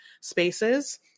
spaces